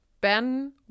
Ben